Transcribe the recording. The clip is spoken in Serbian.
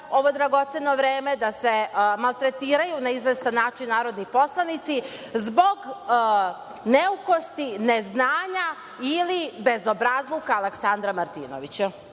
ovo dragoceno vreme, da se maltretiraju na izvestan način narodni poslanici zbog neukosti, neznanja i bezobrazluka Aleksandra Martinovića.